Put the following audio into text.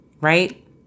right